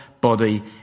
body